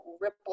ripple